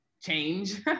change